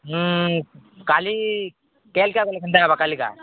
ହୁଁ କାଲି କେଲକା ଗଲେ କେନ୍ତା ହେବ କାଲିକା